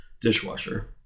Dishwasher